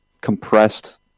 compressed